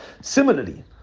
similarly